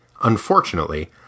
Unfortunately